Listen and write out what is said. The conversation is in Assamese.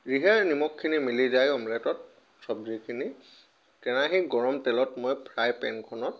যিহে নিমখখিনি মিলি যায় অমলেটত চবজিখিনি কেৰাহী গৰম তেলত মই ফ্ৰাই পেনখনত